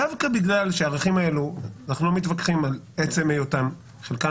דווקא בגלל שאנחנו לא מתווכחים על עצם היותם של הערכים